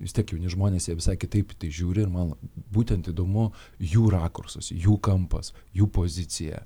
vis tiek jauni žmonės jie visai kitaip žiūri ir man būtent įdomu jų rakursas jų kampas jų pozicija